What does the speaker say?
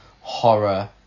horror